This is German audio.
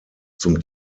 zum